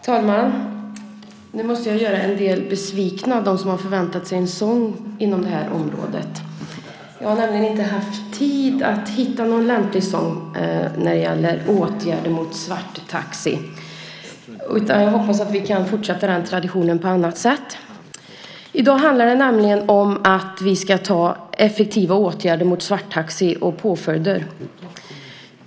Herr talman! Nu måste jag göra en del besvikna, nämligen de som har förväntat sig en sång inom det här området. Jag har nämligen inte haft tid att hitta någon lämplig sång när det gäller åtgärder mot svarttaxi. Jag hoppas att vi kan fortsätta den traditionen på annat sätt. I dag handlar det nämligen om att vi ska vidta effektiva åtgärder mot svarttaxi och om påföljder.